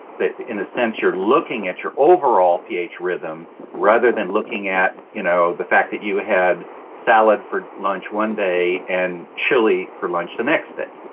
in a sense you're looking at your overall ph rhythm rather than looking at you know the fact that you had salad for lunch one day and chili for lunch the next day.